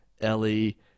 Ellie